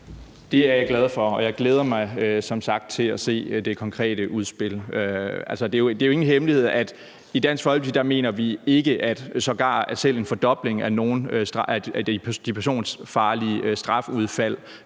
Det er jeg glad for, og jeg glæder mig som sagt til at se det konkrete udspil. Det er jo ingen hemmelighed, at i Dansk Folkeparti mener vi ikke, at sågar en fordobling af strafudfald